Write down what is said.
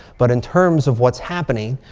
but in terms of what's happening.